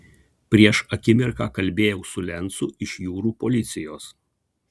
prieš akimirką kalbėjau su lencu iš jūrų policijos